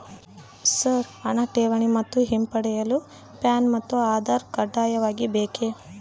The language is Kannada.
ಸರ್ ಹಣ ಠೇವಣಿ ಮತ್ತು ಹಿಂಪಡೆಯಲು ಪ್ಯಾನ್ ಮತ್ತು ಆಧಾರ್ ಕಡ್ಡಾಯವಾಗಿ ಬೇಕೆ?